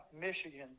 Michigan